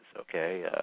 okay